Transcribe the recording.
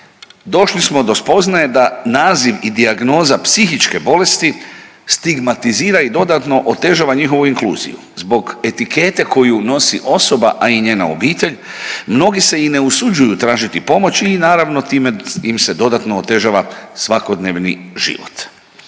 došli smo do spoznaje da naziv i dijagnoza psihičke bolesti stigmatizira i dodatno otežava njihovu inkluziju zbog etikete koju nosi osoba, a i njena obitelj, mnogi se i ne usuđuju tražiti pomoć i naravno time im se dodatno otežava svakodnevni život.